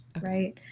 right